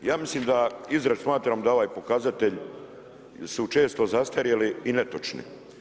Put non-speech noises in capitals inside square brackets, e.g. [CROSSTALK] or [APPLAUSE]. Ja mislima da … [UNINTELLIGIBLE] smatram da ovaj pokazatelj su često zastarjeli i netočni.